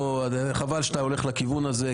חבל שאתה הולך לכיוון הזה.